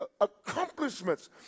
Accomplishments